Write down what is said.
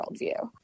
worldview